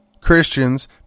Christians